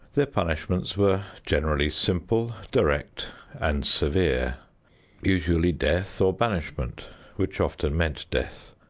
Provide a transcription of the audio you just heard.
their punishments were generally simple, direct and severe usually death or banishment which often meant death,